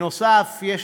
אוי, נו, באמת.